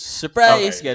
surprise